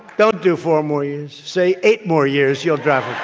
don't do four more years. say eight more years. you'll drive